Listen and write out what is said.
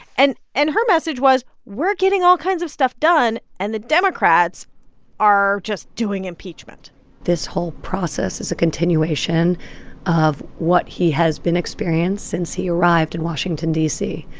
and and her message was, we're getting all kinds of stuff done, and the democrats are just doing impeachment this whole process is a continuation of what he has been experience since he arrived in washington, d c.